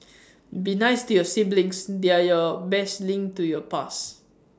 be nice to your siblings they're your best link to your past